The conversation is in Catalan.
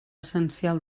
essencial